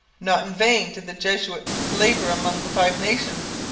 not in vain did the jesuits labour among the five nations.